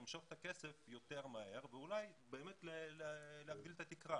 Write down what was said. להם לאפשר למשוך את הכסף יותר מהר ואולי באמת להגביל את התקרה